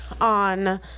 on